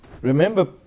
Remember